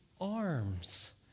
arms